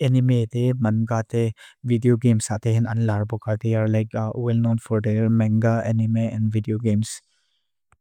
Anime te, manga te, Video games ta te him naida.